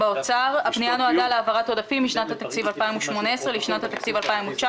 הפנייה נועדה להעברת עודפים משנת התקציב 2018 לשנת התקציב 2019,